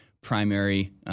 primary